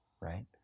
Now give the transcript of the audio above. right